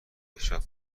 هیچوقت